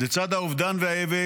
לצד האובדן והאבל,